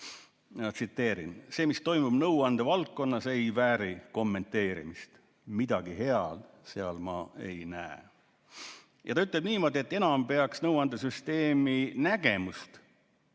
Tsiteerin: "See, mis toimub nõuandevaldkonnas, ei vääri kommenteerimist. Midagi head seal ma ei näe." Ja ta ütleb niimoodi, et enam peaks nõuandesüsteemi nägemust